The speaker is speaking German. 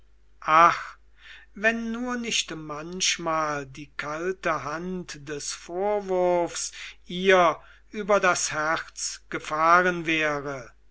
wenn nur nicht manchmal die kalte hand des vorwurfs ihr über das herz gefahren wäre